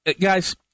guys